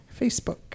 Facebook